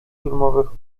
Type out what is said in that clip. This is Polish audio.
filmowych